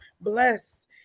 bless